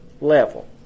level